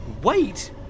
Wait